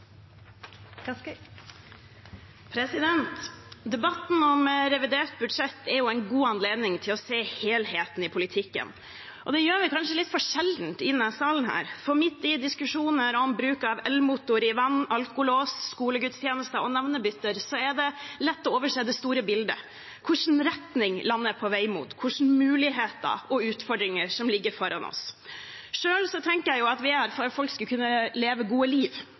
å se helheten i politikken. Det gjør vi kanskje litt for sjelden i denne salen, for midt i diskusjoner om bruk av elmotor i vann, alkolås, skolegudstjenester og navnebytter er det lett å overse det store bildet, hvilken retning landet er på vei mot, hvilke muligheter og utfordringer som ligger foran oss. Selv tenker jeg at vi er her for at folk skal kunne leve et godt liv,